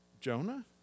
Jonah